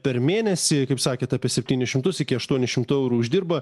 per mėnesį kaip sakėt apie septynis šimtus iki aštuonių šimtų eurų uždirba